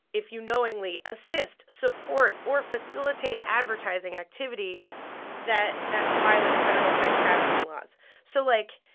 if you knowingly assist, support or facilitate advertising activity that that violates federal sex trafficking laws so, like,